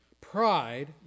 Pride